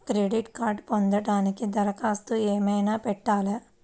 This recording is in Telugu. క్రెడిట్ కార్డ్ను పొందటానికి దరఖాస్తు ఏమయినా పెట్టాలా?